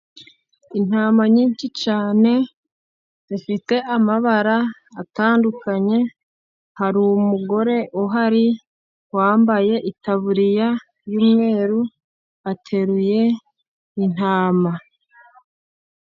Intama nyinshi cyane zifite amabara atandukanye, hari umugore uhari wambaye itaburiya y'umweru, ateruye intama.